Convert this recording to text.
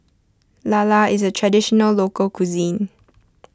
Lala is a Traditional Local Cuisine